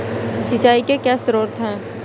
सिंचाई के क्या स्रोत हैं?